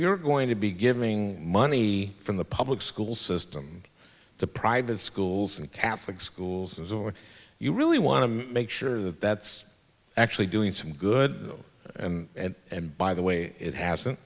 you're going to be giving money from the public school system to private schools and catholic schools or you really want to make sure that that's actually doing some good and and by the way it hasn't